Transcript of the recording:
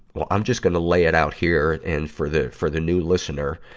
well, i'm just gonna lay it out here. and, for the, for the new listener,